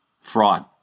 fraud